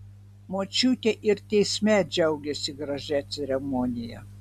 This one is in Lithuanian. močiutė ir teisme džiaugėsi gražia ceremonija